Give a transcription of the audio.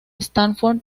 stanford